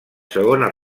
segona